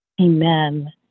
Amen